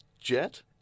Jet